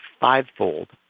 fivefold